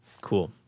Cool